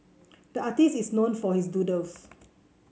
the artist is known for his doodles